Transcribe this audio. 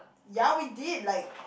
ya we did like